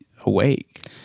awake